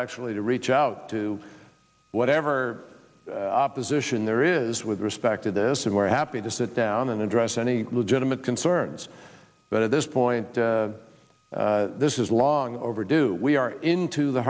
actually to reach out to whatever opposition there is with respect to this and we're happy to sit down and address any legitimate concerns but at this point this is long overdue we are into the